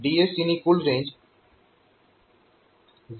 અહીં DAC ની કુલ રેન્જ 0 થી 255 છે